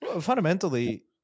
fundamentally